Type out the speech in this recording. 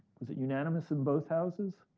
was it unanimous in both houses?